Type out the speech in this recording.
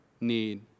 need